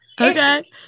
Okay